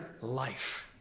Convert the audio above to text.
life